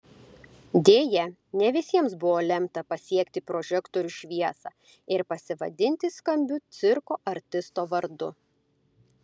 deja ne visiems buvo lemta pasiekti prožektorių šviesą ir pasivadinti skambiu cirko artisto vardu